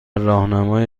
راهنمای